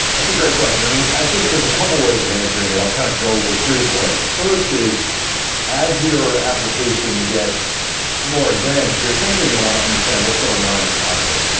that's a great question. i mean, i think there's a couple ways of answering it. i'll kind of go with three different ways. the first is as your application gets more advanced, you're essentially going to want to understand what's going on inside of it.